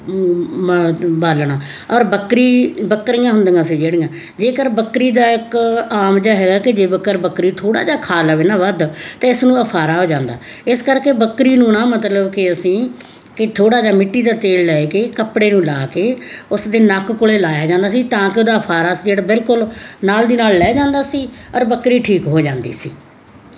ਬਾਲਣਾ ਔਰ ਬੱਕਰੀ ਬੱਕਰੀਆਂ ਹੁੰਦੀਆਂ ਸੀ ਜਿਹੜੀਆਂ ਜੇਕਰ ਬੱਕਰੀ ਦਾ ਇੱਕ ਆਮ ਜਿਹਾ ਹੈਗਾ ਕਿ ਜੇ ਬਕਰ ਬਕਰੀ ਥੋੜਾ ਜਿਹਾ ਖਾ ਲਵੇ ਨਾ ਵੱਧ ਅਤੇ ਇਸ ਨੂੰ ਅਫਾਰਾ ਹੋ ਜਾਂਦਾ ਇਸ ਕਰਕੇ ਬੱਕਰੀ ਨੂੰ ਨਾ ਮਤਲਬ ਕਿ ਅਸੀਂ ਕਿ ਥੋੜਾ ਜਿਹਾ ਮਿੱਟੀ ਦਾ ਤੇਲ ਲੈ ਕੇ ਕੱਪੜੇ ਨੂੰ ਲਾ ਕੇ ਉਸ ਦੇ ਨੱਕ ਕੋਲੇ ਲਾਇਆ ਜਾਂਦਾ ਸੀ ਤਾਂ ਕਿ ਉਹਦਾ ਫਾਰਾ ਸਕਿਡ ਬਿਲਕੁਲ ਨਾਲ ਦੀ ਨਾਲ ਲਹਿ ਜਾਂਦਾ ਸੀ ਔਰ ਬੱਕਰੀ ਠੀਕ ਹੋ ਜਾਂਦੀ ਸੀ